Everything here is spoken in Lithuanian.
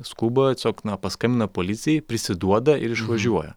skuba tiesiog na paskambina policijai prisiduoda ir išvažiuoja